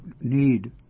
Need